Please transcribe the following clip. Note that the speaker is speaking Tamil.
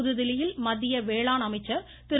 புதுதில்லியில் மத்திய வேளாண் அமைச்சர் திரு